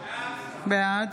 בעד